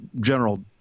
general